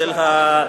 איזה,